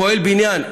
פועל בניין,